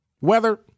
weather